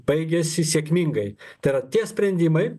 baigėsi sėkmingai tai yra tie sprendimai